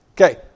Okay